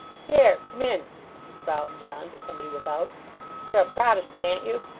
here! come in growled john to somebody without you're a protestant, an't you